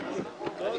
13:45.